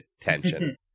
tension